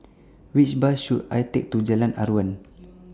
Which Bus should I Take to Jalan Aruan